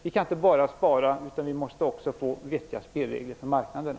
Vi kan inte bara spara, utan vi måste också få vettiga spelregler för marknaderna.